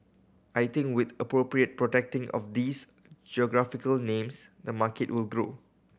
I think with appropriate protecting of these geographical names the markets will grow